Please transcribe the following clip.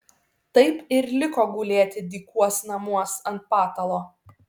taip ir liko gulėti dykuos namuos ant patalo